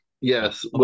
Yes